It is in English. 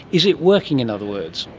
is it working, in other words?